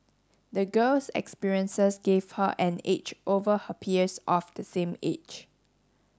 the girl's experiences gave her an edge over her peers of the same age